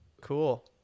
Cool